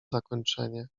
zakończenie